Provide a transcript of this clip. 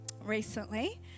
recently